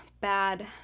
bad